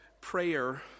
prayer